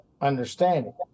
understanding